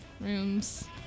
rooms